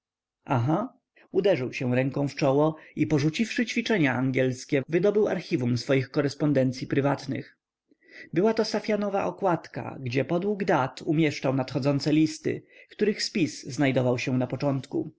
aha uderzył się ręką w czoło i porzuciwszy ćwiczenia angielskie wydobył archiwum swoich korespondencyi prywatnych była-to safianowa okładka gdzie podług dat umieszczał nadchodzące listy których spis znajdował się na początku